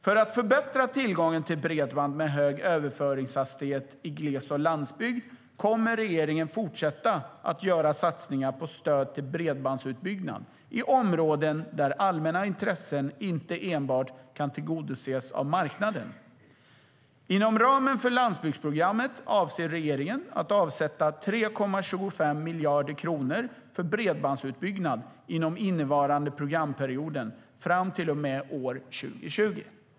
För att förbättra tillgången till bredband med hög överföringshastighet i gles och landsbygd kommer regeringen att fortsätta att göra satsningar på stöd till bredbandsutbyggnad i områden där allmänna intressen inte enbart kan tillgodoses av marknaden. Inom ramen för landsbygdsprogrammet avser regeringen att avsätta 3,25 miljarder kronor för bredbandsutbyggnad inom innevarande programperiod fram till och med år 2020.